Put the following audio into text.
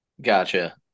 Gotcha